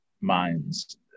minds